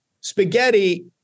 spaghetti